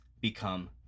become